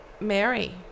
Mary